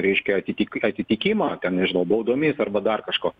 reiškia atitik atitikimą ten nežinau baudomis arba dar kažkuo